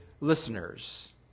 listeners